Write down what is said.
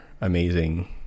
amazing